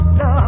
no